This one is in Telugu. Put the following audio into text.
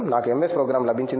నాకు ఎంఎస్ ప్రోగ్రాం లభించింది